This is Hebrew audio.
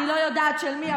אני לא יודעת של מי,